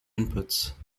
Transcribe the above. inputs